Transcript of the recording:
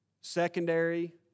secondary